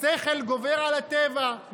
השכל גובר על הטבע.